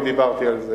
כנסת נכבדה,